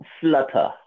flutter